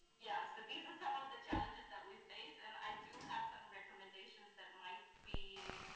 yeah, so these are some of the challenges that we face, and i do have some recommendations that might be